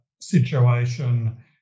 situation